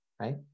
Right